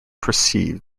perceive